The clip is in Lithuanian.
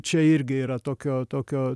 čia irgi yra tokio tokio